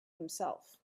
himself